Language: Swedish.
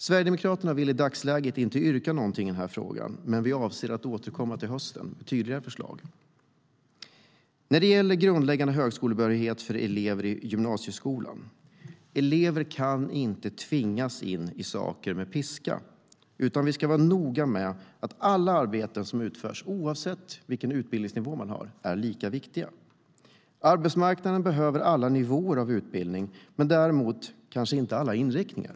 Sverigedemokraterna vill i dagsläget inte yrka något i frågan, men vi avser att återkomma till hösten med tydligare förslag. Arbetsmarknaden behöver alla nivåer av utbildning men däremot kanske inte alla inriktningar.